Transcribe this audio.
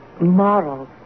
Moral